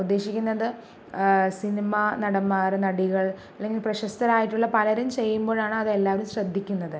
ഉദ്ദേശിക്കുന്നത് സിനിമ നടന്മാര് നടികൾ അല്ലെങ്കിൽ പ്രശസ്തരായിട്ടുള്ള പലരും ചെയ്യുമ്പോഴാണ് അത് എല്ലാവരും ശ്രദ്ധിക്കുന്നത്